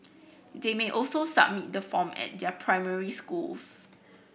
they may also submit the form at their primary schools